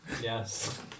yes